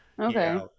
okay